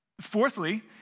Fourthly